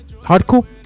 hardcore